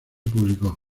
publicó